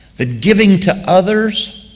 that giving to others